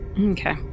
Okay